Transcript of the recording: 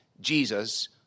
Jesus